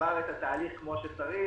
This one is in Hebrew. ועבר את התהליך כמו שצריך,